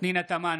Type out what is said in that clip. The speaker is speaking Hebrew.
פנינה תמנו,